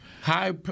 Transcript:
High